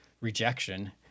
rejection